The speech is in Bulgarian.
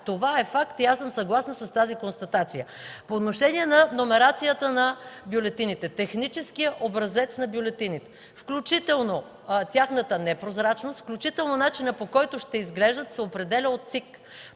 Това е факт и аз съм съгласна с тази констатация. По отношение номерацията на бюлетините, техническият образец на бюлетините, включително тяхната непрозрачност, включително начинът, по който те ще изглеждат, се определя от ЦИК.